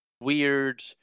weird